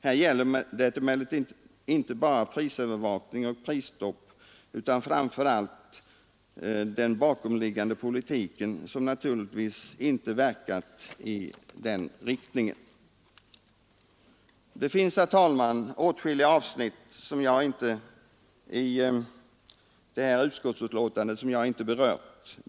Det gäller emellertid inte bara prisövervakning och prisstopp utan framför allt den bakomliggande politiken, som ju inte verkat i den riktningen Det finns, herr talman, åtskilliga avsnitt i detta utskottsbetänkande som jag inte berört.